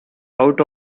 out